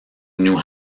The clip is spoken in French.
new